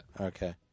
Okay